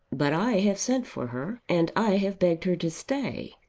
but i have sent for her, and i have begged her to stay.